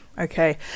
okay